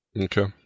Okay